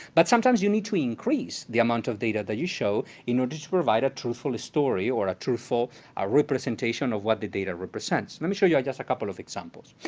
but sometimes you need to increase the amount of data that you show in order to provide a truthful story, or a truthful ah representation of what the data represents. let me show you just a couple of examples.